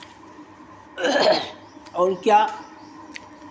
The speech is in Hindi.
और क्या